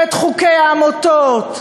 ואת חוקי העמותות.